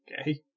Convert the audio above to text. Okay